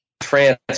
France